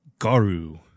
Garu